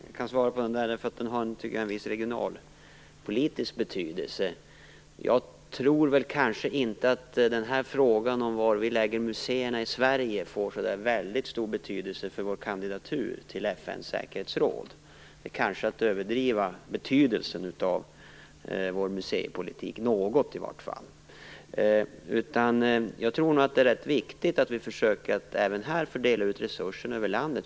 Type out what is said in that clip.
Herr talman! Jag kan besvara frågan, eftersom den har en viss regionalpolitisk betydelse. Jag tror kanske inte att frågan om var vi förlägger muséerna i Sverige får så väldigt stor betydelse för vår kandidatur till FN:s säkerhetsråd. Det är kanske att något överdriva betydelsen av vår museipolitik. Jag tror nog att det är rätt viktigt att vi även här försöker att fördela resurserna över landet.